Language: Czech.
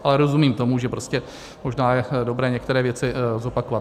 Ale rozumím tomu, že prostě možná je dobré některé věci zopakovat.